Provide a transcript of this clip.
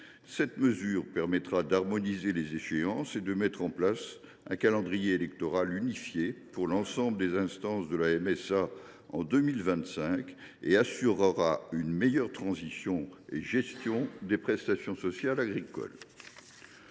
telle mesure permettra d’harmoniser les échéances et de mettre en place un calendrier électoral unifié pour l’ensemble des instances de la MSA en 2025, ce qui assurera une meilleure transition dans la gestion des prestations sociales agricoles.